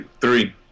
three